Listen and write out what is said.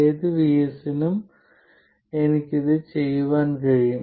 ഏത് VS നും എനിക്ക് ഇത് ചെയ്യാൻ കഴിയും